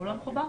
לא מחובר.